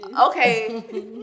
Okay